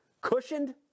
cushioned